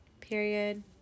Period